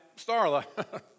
Starla